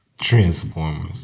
Transformers